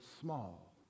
small